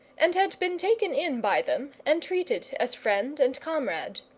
and had been taken in by them and treated as friend and comrade.